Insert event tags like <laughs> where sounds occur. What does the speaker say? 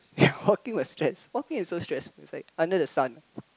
<laughs> walking is stress walking is so stress is like under the sun